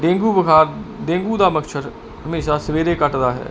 dengue ਬੁਖਾਰ dengue ਦਾ ਮਕਸਦ ਹਮੇਸ਼ਾ ਸਵੇਰੇ ਕੱਟਦਾ ਹੈ